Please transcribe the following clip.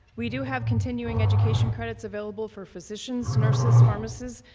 we do have continuing education credits available for physicians, nurses, pharmacists,